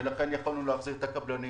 ולכן יכולנו להחזיר את הקבלנים,